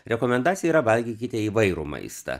rekomendacija yra valgykite įvairų maistą